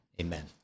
amen